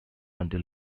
until